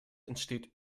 entsteht